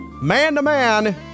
man-to-man